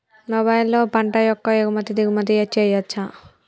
మొబైల్లో పంట యొక్క ఎగుమతి దిగుమతి చెయ్యచ్చా?